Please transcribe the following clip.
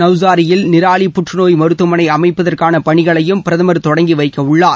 நௌசாரியில் நிராலி புற்றுநோய் மருத்துவமனை அனமப்பதற்கான பணிகளையும் பிரதமர் தொடங்கி வைக்கவுள்ளார்